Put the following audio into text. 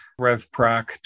RevProc